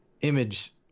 Image